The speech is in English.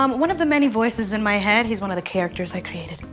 um one of the many voices in my head, he's one of the characters i created.